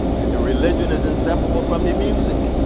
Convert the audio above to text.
and the religion is inseparable from the music,